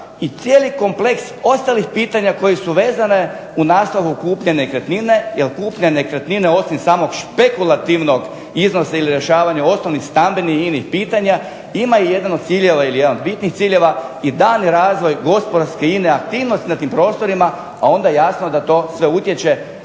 i cijeli kompleks ostalih pitanja koji su vezani u nastavku kupnje nekretnine, jer kupnja nekretnine osim samog špekulativnog iznosa ili rješavanja ostalih inih i stambenih pitanja ima jedan od ciljeva ili jedan od bitnih ciljeva i daljnji razvoj gospodarske i ine aktivnosti na tim prostorima, a onda jasno da to sve utječe